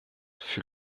fut